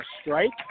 strike